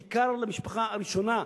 בעיקר למשפחה הראשונה,